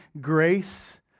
grace